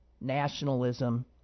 nationalism